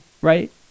Right